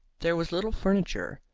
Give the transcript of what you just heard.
there was little furniture,